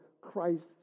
Christ